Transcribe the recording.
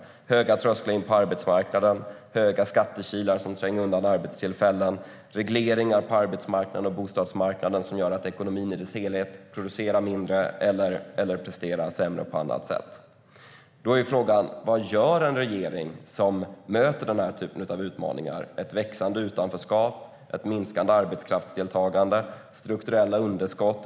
Det är höga trösklar in på arbetsmarknaden, höga skattekilar som tränger undan arbetstillfällen och regleringar på arbetsmarknaden och bostadsmarknaden som gör att ekonomin i sin helhet producerar mindre eller presterar sämre på annat sätt. Frågan är: Vad gör en regering som möter denna typ av utmaningar? Vi ser ett växande utanförskap, ett minskande arbetskraftsdeltagande och strukturella underskott.